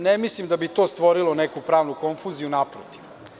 Ne mislim da bi to stvorilo neku pravnu konfuziju, naprotiv.